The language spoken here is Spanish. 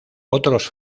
otros